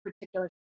particular